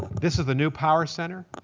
this is the new power center.